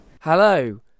Hello